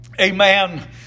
amen